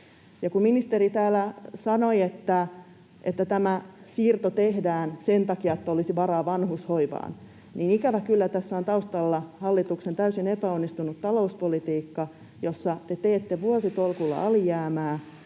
kun ministeri täällä sanoi, että tämä siirto tehdään sen takia, että olisi varaa vanhushoivaan, niin ikävä kyllä tässä on taustalla hallituksen täysin epäonnistunut talouspolitiikka, jossa te teette vuositolkulla alijäämää